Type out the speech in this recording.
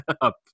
up